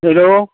hello